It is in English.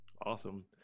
Awesome